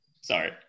Sorry